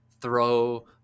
throw